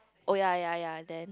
oh ya ya ya then